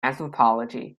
anthropology